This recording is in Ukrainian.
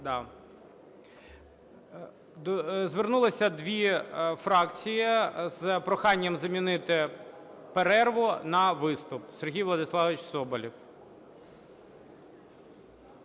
Звернулося дві фракції з проханням замінити перерву на виступ. Сергій Владиславович Соболєв.